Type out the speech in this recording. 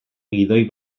gidoi